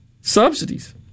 subsidies